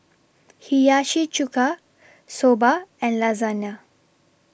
Hiyashi Chuka Soba and Lasagna